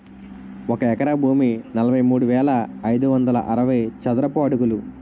ఒక ఎకరం భూమి నలభై మూడు వేల ఐదు వందల అరవై చదరపు అడుగులు